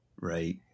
right